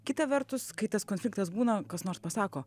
kita vertus kai tas konfliktas būna kas nors pasako